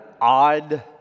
odd